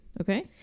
Okay